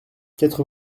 quatre